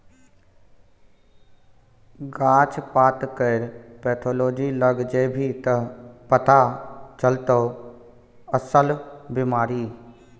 गाछ पातकेर पैथोलॉजी लग जेभी त पथा चलतौ अस्सल बिमारी